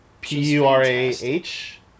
P-U-R-A-H